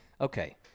Okay